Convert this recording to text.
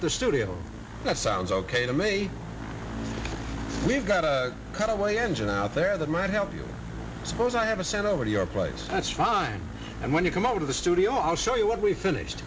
at the studio that sounds ok to me we've got a kind of way engine out there that might help you suppose i have a sent over to your place that's fine and when you come over to the studio i'll show you what we finished